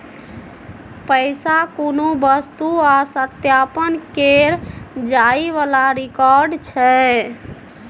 पैसा कुनु वस्तु आ सत्यापन केर जाइ बला रिकॉर्ड छै